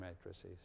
matrices